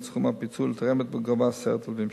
סכום הפיצוי לתורמת בגובה 10,000 שקל.